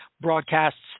broadcasts